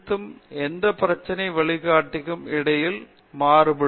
பேராசிரியர் உஷா மோகன் அது நாம் எடுத்த பிரச்சனைக்கும் வழிகாட்டிக்கும் இடையில் மாறுபடும்